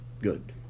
Good